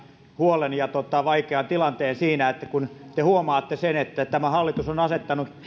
huolen ja vaikean tilanteen siinä että kun te huomaatte sen että tämä hallitus on asettanut